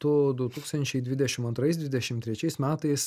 tu du tūkstančiai dvidešim antrais dvidešim trečiais metais